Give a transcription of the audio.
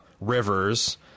Rivers